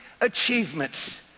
achievements